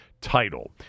title